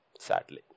sadly